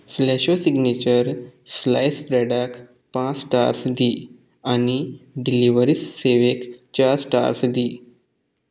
फ्लॅशो signature slice ब्रॅडाक पांस stars दी आनी डिलिवरी सेवेक चार स्टार्स दी